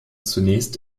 zunächst